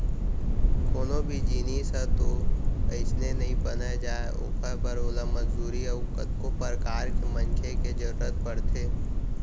कोनो भी जिनिस ह तो अइसने नइ बन जाय ओखर बर ओला मजदूरी अउ कतको परकार के मनखे के जरुरत परथे